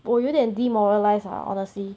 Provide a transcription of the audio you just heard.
我有点 demoralized ah honestly